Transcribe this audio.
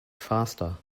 faster